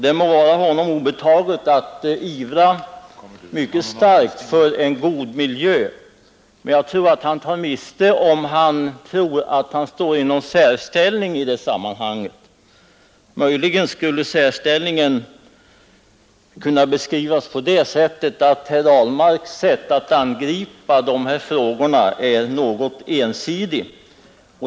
Det må vara honom obetaget att ivra mycket starkt för en god miljö, men han tar miste om han tror att han står i någon särställning i det sammanhanget. Möjligen skulle särställningen kunna beskrivas som så att herr Ahlmarks sätt att angripa dessa frågor är något ensidigt.